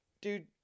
dude